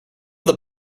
have